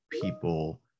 people